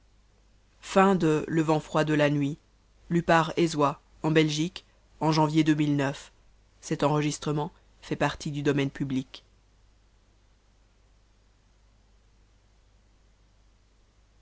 le vent froid de la nuit le